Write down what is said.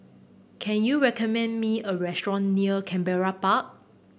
can you recommend me a restaurant near Canberra Park